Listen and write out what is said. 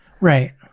Right